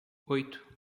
oito